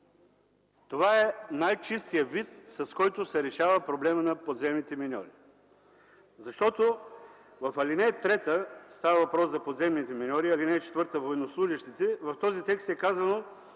Това е най-чистият вид, с който се решава проблемът на подземните миньори. В ал. 3 става въпрос за подземните миньори, в ал. 4 – за военнослужещите. В този текст е казано,